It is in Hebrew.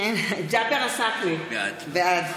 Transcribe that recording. ג'אבר עסאקלה, בעד